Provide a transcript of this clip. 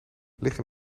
liggen